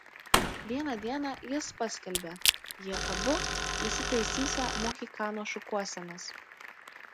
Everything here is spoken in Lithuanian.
vieną dieną jis paskelbė jie abu įsitaisysią mohikano šukuosenas